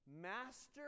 Master